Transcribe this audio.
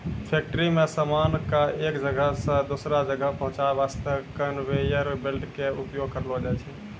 factory मॅ सामान कॅ एक जगह सॅ दोसरो जगह पहुंचाय वास्तॅ कनवेयर बेल्ट के उपयोग करलो जाय छै